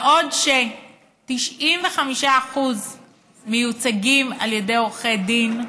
בעוד 95% מהזוכים מיוצגים על ידי עורכי דין.